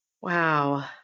Wow